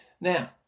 Now